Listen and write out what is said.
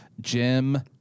Jim